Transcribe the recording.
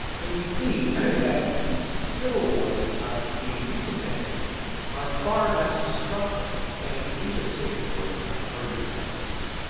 and we see that civil wars of the recent decades are far less destructive than the interstate wars of earlier decades.